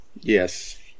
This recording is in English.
Yes